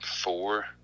four